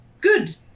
good